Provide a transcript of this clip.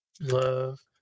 Love